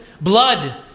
blood